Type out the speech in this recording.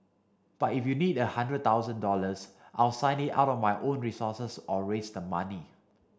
but if you need a hundred thousand dollars I'll sign it out of my own resources or raise the money